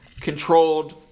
Controlled